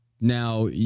Now